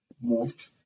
moved